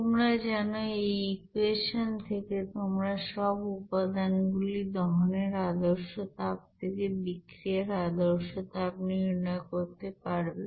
তোমরা জানো এই ইকুয়েশন থেকে তোমরা সব উপাদান গুলির দহনের আদর্শ তাপ থেকে বিক্রিয়ার আদর্শ তাপ নির্ণয় করতে পারবে